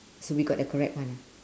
should be got the correct one ah